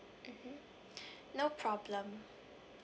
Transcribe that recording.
mmhmm no problem